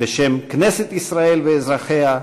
בשם כנסת ישראל ואזרחיה,